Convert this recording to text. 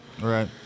right